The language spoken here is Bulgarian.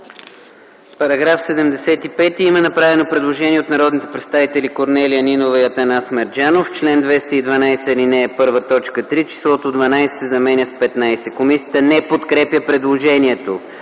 По § 75 е направено предложение от народните представители Корнелия Нинова и Атанас Мерджанов – в чл. 212, ал. 1, т. 3 числото „12” се заменя с „15”. Комисията не подкрепя предложението.